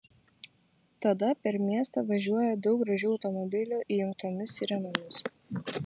tada per miestą važiuoja daug gražių automobilių įjungtomis sirenomis